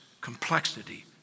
complexity